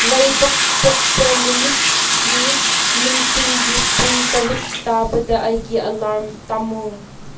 ꯂꯩꯕꯥꯛꯄꯣꯛꯄ ꯅꯨꯃꯤꯠꯀꯤ ꯅꯨꯡꯊꯤꯜꯒꯤ ꯄꯨꯡ ꯇꯔꯨꯛ ꯇꯥꯕꯗ ꯑꯩꯒꯤ ꯑꯦꯂꯥꯔꯝ ꯊꯝꯃꯨ